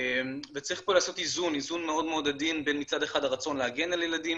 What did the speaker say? וצריך לעשות איזון מאוד מאוד עדין בין הרצון להגן על ילדים